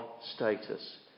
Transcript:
status